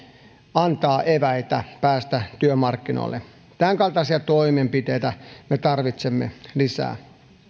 antaa eväitä päästä työmarkkinoille tämänkaltaisia toimenpiteitä me tarvitsemme lisää